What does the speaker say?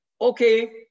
okay